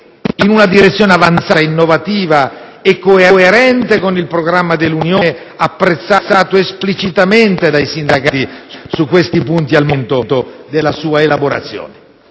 in una direzione avanzata, innovativa e coerente con il programma dell'Unione, apprezzato esplicitamente dai sindacati su questi punti, al momento della sua elaborazione.